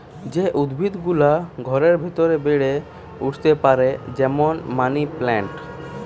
যে উদ্ভিদ গুলা ঘরের ভিতরে বেড়ে উঠতে পারে যেমন মানি প্লান্ট